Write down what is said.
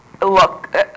look